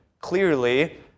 clearly